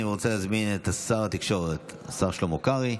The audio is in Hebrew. אני רוצה להזמין את שר התקשורת, השר שלמה קרעי,